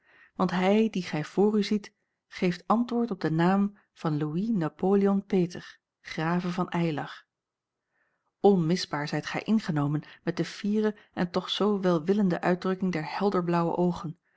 want hij dien gij voor u ziet geeft antwoord op den naam van louis napoleon peter grave van eylar onmisbaar zijt gij ingenomen met de fiere en toch zoo welwillende uitdrukking der helderblaauwe oogen